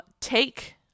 take